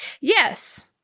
Yes